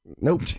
Nope